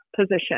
position